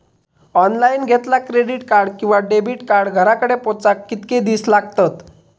Online घेतला credit card किंवा debit card घराकडे पोचाक कितके दिस लागतत?